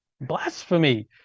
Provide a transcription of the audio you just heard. blasphemy